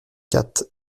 quatre